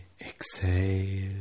exhale